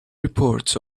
reports